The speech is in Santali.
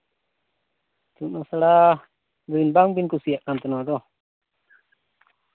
ᱤᱛᱩᱱ ᱟᱥᱬᱟ ᱵᱟᱝᱵᱤᱱ ᱠᱩᱥᱤᱭᱟᱜ ᱠᱟᱱ ᱛᱮ ᱱᱚᱶᱟ ᱫᱚ